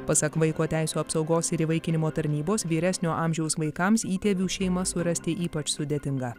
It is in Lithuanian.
pasak vaiko teisių apsaugos ir įvaikinimo tarnybos vyresnio amžiaus vaikams įtėvių šeimą surasti ypač sudėtingą